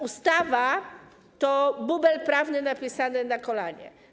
Ustawa to bubel prawny napisany na kolanie.